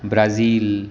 Brazil